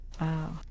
Wow